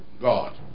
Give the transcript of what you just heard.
God